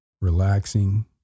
relaxing